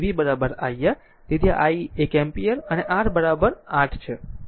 તેથી v iR તેથી i એક એમ્પીયર અને R 8 છે